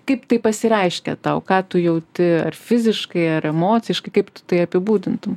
kaip tai pasireiškia tau ką tu jauti ar fiziškai ar emociškai kaip tu tai apibūdintum